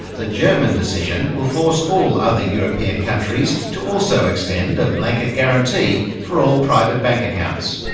the german decision will force all other european countries to also extend a blanket guarantee for all private bank accounts.